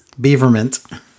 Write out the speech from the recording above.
Beaverment